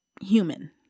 human